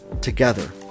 together